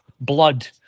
blood